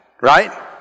right